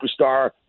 superstar